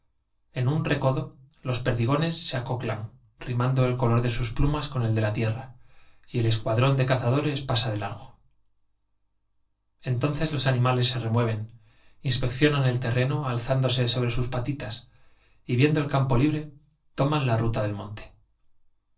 pie como recodo los perdigones se acodan rimando el color de sus plumas con el de la tierra y el escuadrón de cazadores pasa de largo entonces fas animales se remueven inspeccionan el terreno alzándose sobre sus patitas y viendo el campo libre toman la ruta del monte